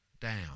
down